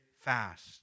fast